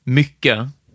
mycket